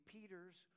Peter's